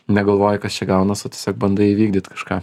negalvoji kas čia gaunas o tiesiog bandai įvykdyt kažką